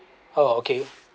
oh okay